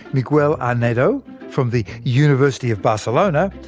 miquel arnedo, from the university of barcelona,